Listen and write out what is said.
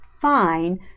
fine